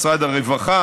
משרד הרווחה,